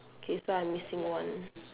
okay so I'm missing one